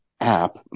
app